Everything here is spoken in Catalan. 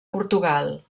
portugal